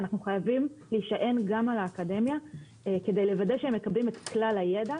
אנחנו חייבים להישען גם על האקדמיה כדי לוודא שהם מקבלים את כלל הידע,